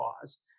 cause